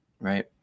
Right